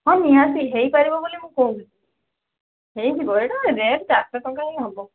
ହଁ ନିହାତି ହେଇପାରିବ ବୋଲି ମୁଁ କହୁଛି ହେଇଯିବ ଏଇଟା ରେଟ୍ ଚାରିଶହ ଟଙ୍କା ହିଁ ହେବ